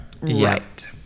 Right